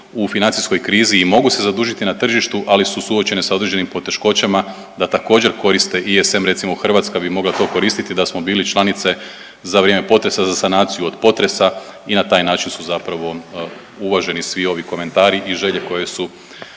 u financijskoj krizi i mogu se zadužiti na tržištu, ali su suočene sa određenim poteškoćama da također koriste ESM. Recimo Hrvatska bi mogla to koristiti da smo bili članice za vrijeme potresa, za sanaciju od potresa i na taj način su zapravo uvaženi svi ovi komentari i želje koje su